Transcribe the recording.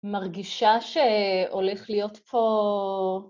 מרגישה שהולך להיות פה...